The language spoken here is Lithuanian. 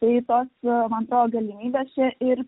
tai tos man atrodo galimybės ir